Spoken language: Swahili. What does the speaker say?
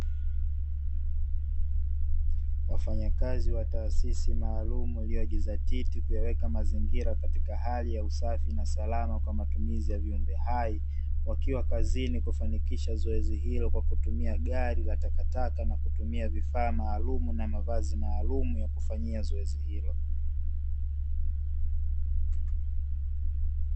Wafanyakazi wa taasisi maalumu iliyojizatiti kuyaweka mazingira katika hali ya usafi na salama kwa matumizi ya viumbe hai, wakiwa kazini kufanikisha zoezi hilo kwa kutumia gari ya takataka na kutumia vifaa maalumu na mavazi maalum ya kufanyia zoezi hilo.